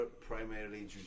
primarily